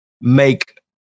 make